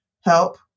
help